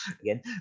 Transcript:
again